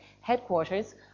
headquarters